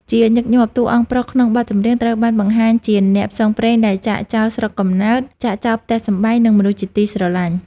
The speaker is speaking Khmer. ជាញឹកញាប់ តួអង្គប្រុសក្នុងបទចម្រៀងត្រូវបានបង្ហាញជាអ្នកផ្សងព្រេងដែលចាកចោលស្រុកកំណើត ចាកចោលផ្ទះសម្បែង និងមនុស្សជាទីស្រឡាញ់។